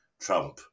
Trump